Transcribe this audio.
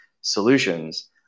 solutions